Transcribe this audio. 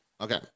Okay